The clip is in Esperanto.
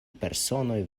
personoj